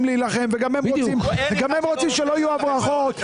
להילחם וגם הם רוצים שלא יהיו הברחות.